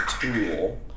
tool